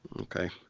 okay